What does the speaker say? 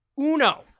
uno